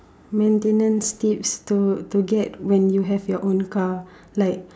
maintenance tips to to get when you get your own car like